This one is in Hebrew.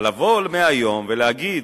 לבוא ומהיום להגיד